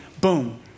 boom